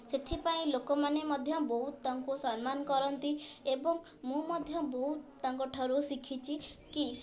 ସେଥିପାଇଁ ଲୋକମାନେ ମଧ୍ୟ ବହୁତ ତାଙ୍କୁ ସମ୍ମାନ କରନ୍ତି ଏବଂ ମୁଁ ମଧ୍ୟ ବହୁତ ତାଙ୍କଠାରୁ ଶିଖିଛି କି